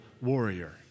warrior